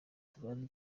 tubane